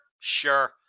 sure